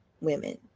women